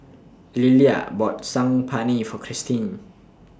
Lilla bought Saag Paneer For Cristin